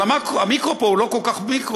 אבל המיקרו פה הוא לא כל כך מיקרו,